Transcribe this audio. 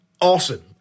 awesome